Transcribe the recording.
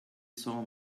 saw